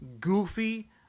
goofy